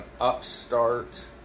upstart